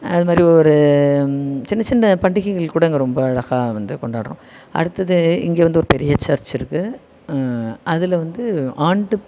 அது மாதிரி ஒரு சின்ன சின்ன பண்டிகைகள் கூட இங்கே ரொம்ப அழகாக வந்து கொண்டாடுறோம் அடுத்தது இங்கே வந்து ஒரு பெரிய சர்ச் இருக்குது அதில் வந்து ஆண்டு